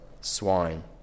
swine